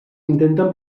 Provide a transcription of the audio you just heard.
intenten